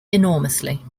enormously